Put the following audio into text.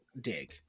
dig